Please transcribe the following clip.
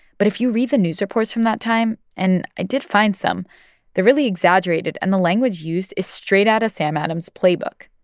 but if you read the news reports from that time and i did find some they're really exaggerated, and the language used is straight out of sam adams' playbook.